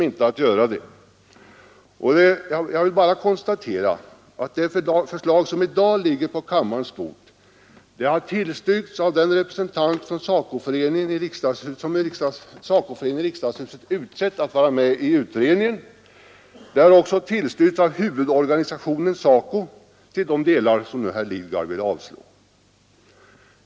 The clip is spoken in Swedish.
Jag vill bara konstatera att det förslag som i dag ligger på kammarens bord har tillstyrkts av den representant som SACO-föreningen i riksdagen utsett att vara med i utredningen. Det har också tillstyrkts av huvudorganisationen SACO i de delar där herr Lidgard vill avslå det.